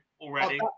already